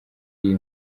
iyi